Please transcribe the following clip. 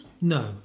No